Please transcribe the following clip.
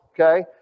okay